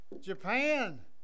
Japan